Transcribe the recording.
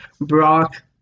Brock